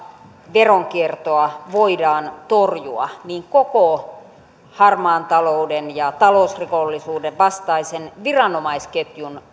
veronkiertoa voidaan torjua niin koko harmaan talouden ja talousrikollisuuden vastaisen viranomaisketjun